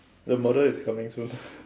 the murder is coming soon